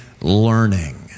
learning